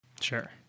Sure